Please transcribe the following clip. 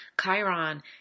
Chiron